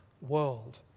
world